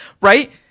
right